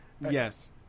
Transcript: Yes